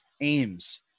aims